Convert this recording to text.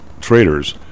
traders